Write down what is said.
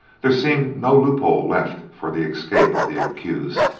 there seemed no loophole left for the escape of the accused,